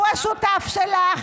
הוא השותף שלך.